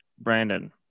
Brandon